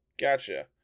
Gotcha